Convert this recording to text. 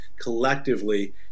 collectively